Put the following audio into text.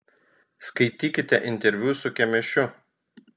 skaitykite interviu su kemėšiu